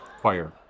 choir